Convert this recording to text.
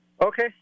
Okay